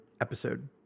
episode